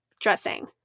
dressing